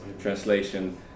Translation